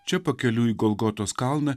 čia pakeliui į golgotos kalną